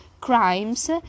crimes